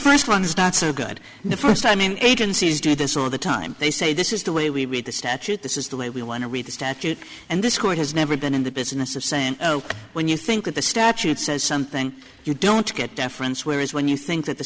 first one is not so good the first time agencies do this all the time they say this is the way we read the statute this is the way we want to read the statute and this court has never been in the business of saying when you think the statute says something you don't get deference whereas when you think that the